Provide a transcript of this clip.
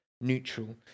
neutral